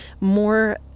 more